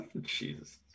Jesus